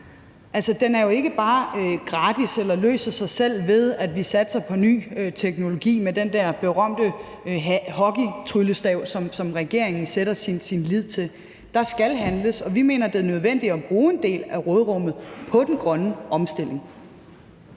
Den er jo ikke bare gratis eller løser sig selv, ved at vi satser på ny teknologi med den der berømte hockeytryllestav, som regeringen sætter sin lid til. Der skal handles, og vi mener, det er nødvendigt at bruge en del af råderummet på den grønne omstilling.